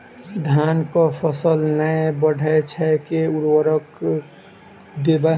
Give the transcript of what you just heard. धान कऽ फसल नै बढ़य छै केँ उर्वरक देबै?